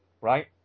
right